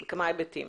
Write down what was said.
היבטים.